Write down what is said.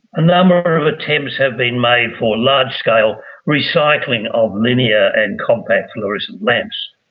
a number of attempts have been made for large-scale recycling of linear and compact fluorescent lamps,